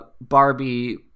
Barbie